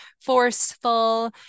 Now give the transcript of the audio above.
forceful